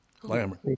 Glamour